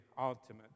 ultimate